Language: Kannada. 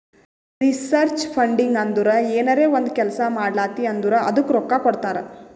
ರಿಸರ್ಚ್ ಫಂಡಿಂಗ್ ಅಂದುರ್ ಏನರೇ ಒಂದ್ ಕೆಲ್ಸಾ ಮಾಡ್ಲಾತಿ ಅಂದುರ್ ಅದ್ದುಕ ರೊಕ್ಕಾ ಕೊಡ್ತಾರ್